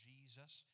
Jesus